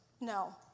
No